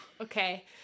okay